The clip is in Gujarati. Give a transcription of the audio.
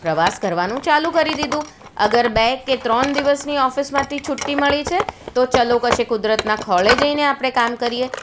પ્રવાસ કરવાનું ચાલું કરી દીધું અગર બે કે ત્રણ દિવસની ઓફિસમાંથી છુટ્ટી મળી છે તો ચાલો કશે કુદરતના ખોળે જઈને આપણે કામ કરીએ